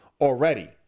already